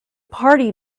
party